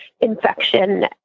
infection